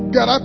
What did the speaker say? God